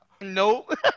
Nope